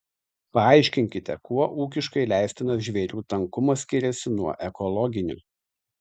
paaiškinkite kuo ūkiškai leistinas žvėrių tankumas skiriasi nuo ekologinio